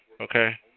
Okay